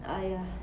!aiya!